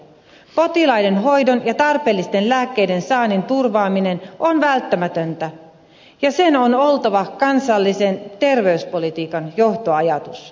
potilaiden hoidon ja tarpeellisten lääkkeiden saannin turvaaminen on välttämätöntä ja sen on oltava kansallisen terveyspolitiikan johtoajatuksia